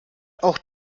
auch